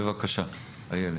בבקשה, איילת.